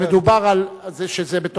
מדובר שזה בתוכנית,